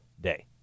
day